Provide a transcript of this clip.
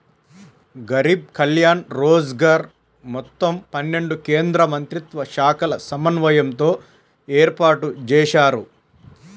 గరీబ్ కళ్యాణ్ రోజ్గర్ మొత్తం పన్నెండు కేంద్రమంత్రిత్వశాఖల సమన్వయంతో ఏర్పాటుజేశారు